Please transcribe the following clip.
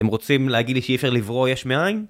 הם רוצים להגיד לי שאי אפשר לברוא יש מאין?